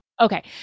Okay